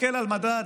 מסתכל על מדד